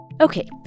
Okay